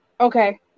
Okay